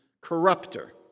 Corrupter